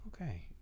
Okay